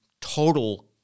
total